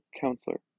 counselor